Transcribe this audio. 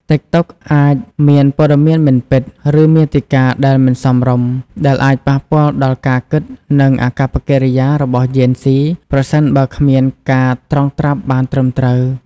តិកតុកអាចមានព័ត៌មានមិនពិត ឬមាតិកាដែលមិនសមរម្យ ដែលអាចប៉ះពាល់ដល់ការគិត និងអាកប្បកិរិយារបស់ជេនហ្ស៊ី ប្រសិនបើគ្មានការត្រងត្រាប់បានត្រឹមត្រូវ។